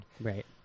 Right